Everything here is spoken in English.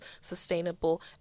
sustainable